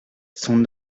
son